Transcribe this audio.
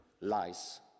lies